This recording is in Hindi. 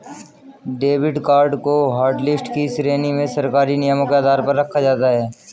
डेबिड कार्ड को हाटलिस्ट की श्रेणी में सरकारी नियमों के आधार पर रखा जाता है